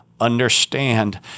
understand